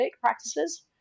practices